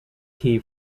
key